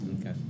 Okay